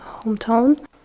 hometown